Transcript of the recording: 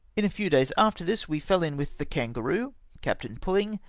in a few days after this, we fell in with the kangaroo captain puuing,